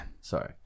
Sorry